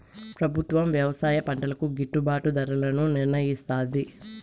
ప్రభుత్వం వ్యవసాయ పంటలకు గిట్టుభాటు ధరలను నిర్ణయిస్తాది